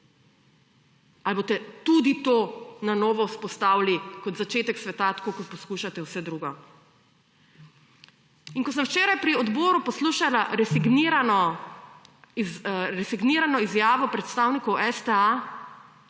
Ali boste tudi to na novo vzpostavili, kot začetek sveta, tako kot poskušate vse drugo. In ko sem včeraj pri odboru poslušala resignirano izjavo predstavnikov STA,